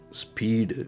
speed